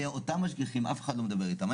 אותם משגיחים אף אחד לא מדבר איתם.